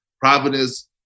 Providence